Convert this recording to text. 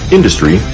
Industry